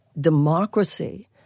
democracy